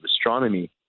astronomy